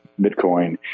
Bitcoin